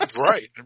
right